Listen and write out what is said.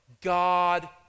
God